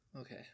Okay